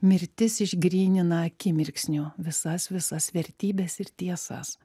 mirtis išgrynina akimirksniu visas visas vertybes ir tiesas